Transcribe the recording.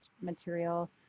material